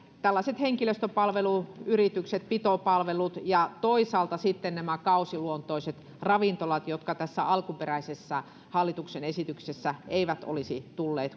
tällaiset henkilöstöpalveluyritykset pitopalvelut ja toisaalta sitten nämä kausiluontoiset ravintolat jotka tässä alkuperäisessä hallituksen esityksessä eivät olisi tulleet